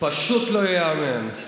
פשוט לא ייאמן.